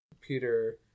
Peter